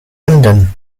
emden